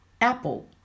Apple